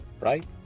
Right